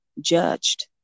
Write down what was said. judged